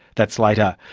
that's later.